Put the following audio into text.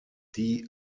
die